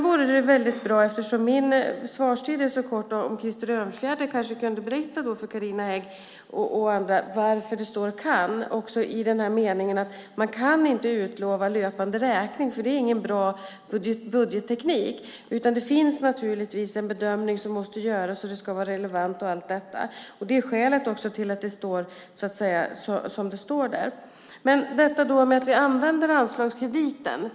Eftersom min svarstid är så kort vore det väldigt bra om Krister Örnfjäder kunde berätta för Carina Hägg och andra varför det står "kan". Man kan inte utlova löpande räkning. Det är ingen bra budgetteknik. Det måste naturligtvis göras en bedömning. Det ska vara relevant. Det är också skälet till att det står så där. Det som dyker upp här i debatten är att vi använder anslagskrediten.